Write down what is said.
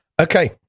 Okay